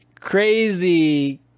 crazy